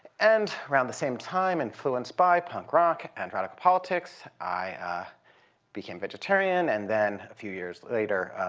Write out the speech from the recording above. and around the same time, influenced by punk rock and radical politics, i became vegetarian, and then a few years later,